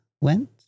went